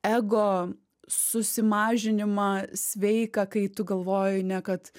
ego susimažinimą sveiką kai tu galvoji ne kad